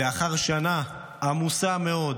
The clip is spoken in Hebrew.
לאחר שנה עמוסה מאוד